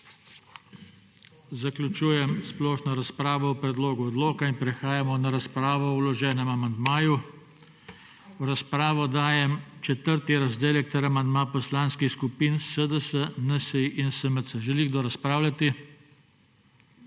Zaključujem splošno razpravo o predlogu odloka. Prehajamo na razpravo o vloženem amandmaju. V razpravo dajem 4. razdelek ter amandma poslanskih skupin SDS, NSi in SMC. Želi kdo razpravljati?